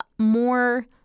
More